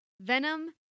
Venom